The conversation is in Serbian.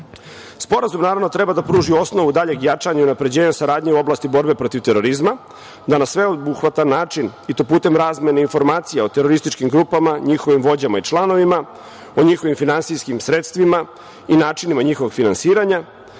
zapadom. Sporazum, naravno, treba da pruži osnovu daljeg jačanja i unapređenja u saradnji u oblasti borbe protiv terorizma, da na sveobuhvatan način, i to putem razmene informacija o terorističkim grupama, njihovim vođama i članovima, o njihovim finansijskim sredstvima i načinima njihovog finansiranja,